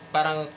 parang